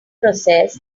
process